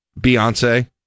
Beyonce